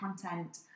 content